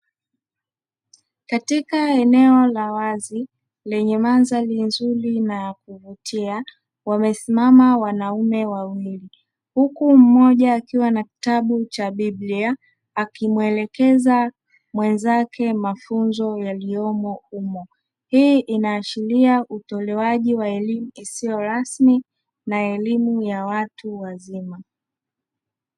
Katika eneo la wazi lenye madhari nzuri na ya kuvutia wamesimama wanaume wawili huku mmoja akiwa na kitabu cha biblia akimwelekeza mwenzake mafunzo yaliomo humo, hii inaashiria utolewaji wa elimu isiyo rasmi na elimu ya watu wazima.